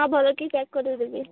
ହଁ ଭଲ କି ପ୍ୟାକ୍ କରିକି ଦେବି